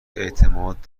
اعتماد